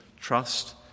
Trust